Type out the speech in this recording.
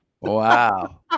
Wow